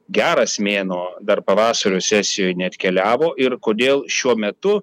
geras mėnuo dar pavasario sesijoj neatkeliavo ir kodėl šiuo metu